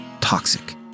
toxic